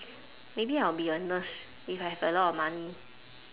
maybe I'll be a nurse if I have a lot of money